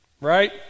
Right